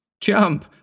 Jump